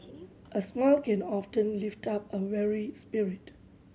a smile can often lift up a weary spirit